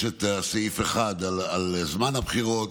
יש את סעיף 1 על זמן הבחירות